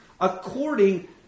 according